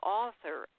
author